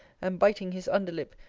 and biting his under lip,